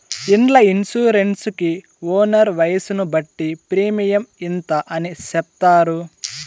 ఇండ్ల ఇన్సూరెన్స్ కి ఓనర్ వయసును బట్టి ప్రీమియం ఇంత అని చెప్తారు